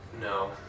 No